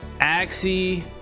Axie